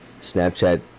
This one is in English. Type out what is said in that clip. Snapchat